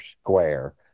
square